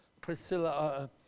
Priscilla